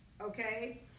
okay